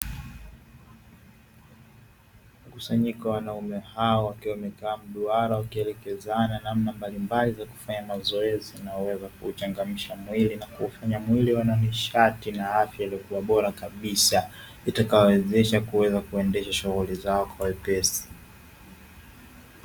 Mkusanyiko wa wanaume hawa wakiwa wamekaa mduara, wakielekezana namna mbalimbali za kufanya mazoezi na kuweza kuuchangamsha mwili, na kuufanya mwili kuwa na nishati na afya iliyokuwa bora kabisa, itakayowawezesha kuweza kuendesha shughuli zao kwa wepesi.